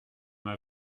m’a